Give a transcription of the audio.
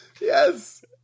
Yes